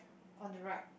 on the right